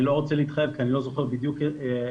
אני לא רוצה להתחייב כי אני לא זוכר בדיוק איפה